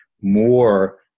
more